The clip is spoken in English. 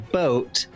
boat